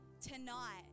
tonight